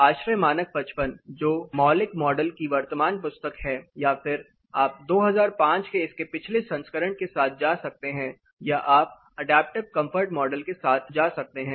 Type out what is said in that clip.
ASHRAE मानक 55 जो मौलिक मॉडल की वर्तमान पुस्तक है या फिर आप 2005 के इसके पिछले संस्करण के साथ जा सकते हैं या आप अडैप्टिव कंफर्ट मॉडल के साथ जा सकते हैं